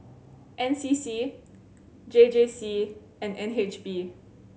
N C C J J C and N H B